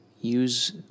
use